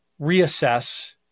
reassess